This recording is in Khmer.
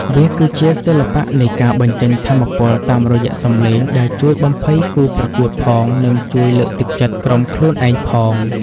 វាគឺជាសិល្បៈនៃការបញ្ចេញថាមពលតាមរយៈសំឡេង ដែលជួយបំភ័យគូប្រកួតផង និងជួយលើកទឹកចិត្តក្រុមខ្លួនឯងផង។